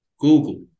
Google